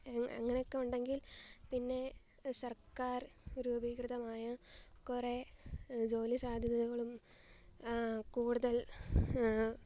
അങ്ങ് അങ്ങനെയൊക്കെ ഉണ്ടെങ്കിൽ പിന്നെ സർക്കാർ രൂപീകൃതമായ കുറേ ജോലിസാദ്ധ്യതകളും കൂടുതൽ